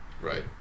Right